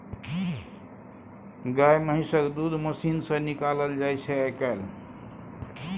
गाए महिषक दूध मशीन सँ निकालल जाइ छै आइ काल्हि